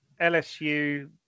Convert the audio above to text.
LSU